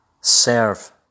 Serve